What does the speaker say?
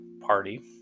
party